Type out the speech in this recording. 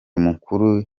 mukuru